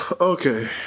Okay